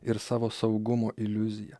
ir savo saugumo iliuziją